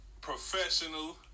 professional